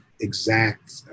exact